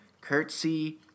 Curtsy